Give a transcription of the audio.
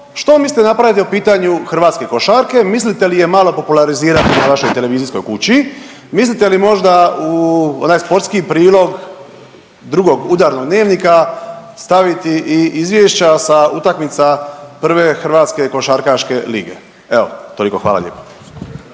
što mislite napraviti po pitanju hrvatske košarke, mislite li je malo populazirati na vašoj televizijskoj kući, mislite li možda onaj sportski prilog drugog udarnog Dnevnika staviti i izvješća sa utakmica Prve hrvatske košarkaške lige? Evo toliko, hvala lijepo.